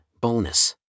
bonus